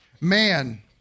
Man